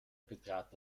betrat